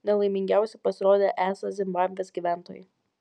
nelaimingiausi pasirodė esą zimbabvės gyventojai